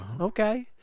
Okay